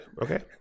Okay